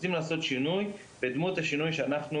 רוצים לעשות שינוי בדמות השינוי שאנחנו